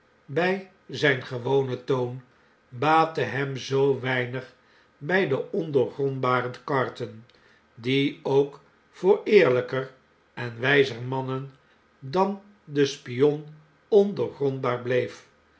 bij zijn gewonen toon baatte hem zoo weinig bij den ondoorgrondbaren carton die ook voor eerlijker en wijzer mannen dan de spion ondoorgrondbaar bleef